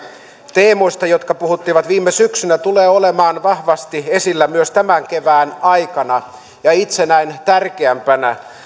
teemoista jotka puhuttivat viime syksynä tulevat olemaan vahvasti esillä myös tämän kevään aikana ja itse näen tärkeimpänä